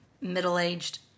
middle-aged